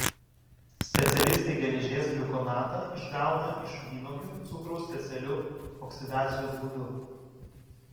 specialistai geležies gliukonatą išgauna iš vynuogių cukraus specialiu oksidacijos būdu